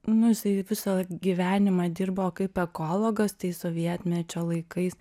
nu jisai visą gyvenimą dirbo kaip ekologas tais sovietmečio laikais